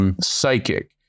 psychic